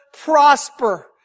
prosper